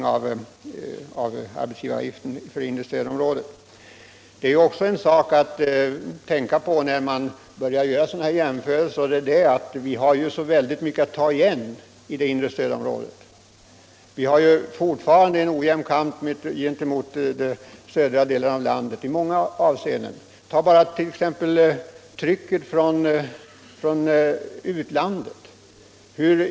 Vi måste ha en ordentlig utvärdering av skatteutjämningssystemet först. En sak att tänka på när man börjar göra sådana här jämförelser är att vi har så mycket att ta igen i det inre stödområdet. Vi för fortfarande en ojämn kamp gentemot södra delen av landet i många avseenden. Ta som exempel bara trycket från utlandet.